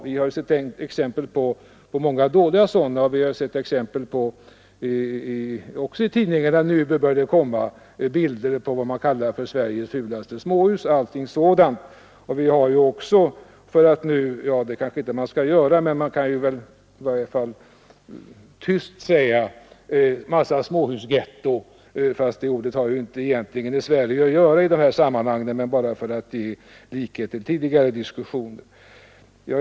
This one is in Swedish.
Vi har ju sett exempel på många dåliga småhus, och nu börjar det också i tidningarna komma bilder på vad man kallar Sveriges fulaste småhus. Man kanske inte skall säga det, men man kan i varje fall tyst säga att det blivit en massa småhusgetton. Det ordet har egentligen inte i Sverige att göra i dessa sammanhang, men jag nämner det bara för att ge likhet med tidigare diskussioner.